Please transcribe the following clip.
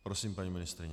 Prosím, paní ministryně.